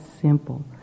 simple